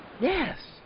Yes